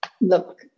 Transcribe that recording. look